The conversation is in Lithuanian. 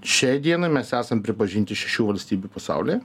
šiai dienai mes esam pripažinti šešių valstybių pasaulyje